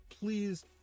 please